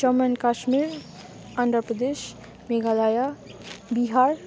Jammu and Kashmir Andhra Pradesh Meghalaya Bihar